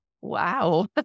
Wow